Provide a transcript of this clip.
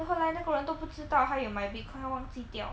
then 后来那个人都不知道他有买 bitcoin 因为他忘记掉